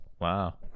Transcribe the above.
Wow